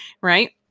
Right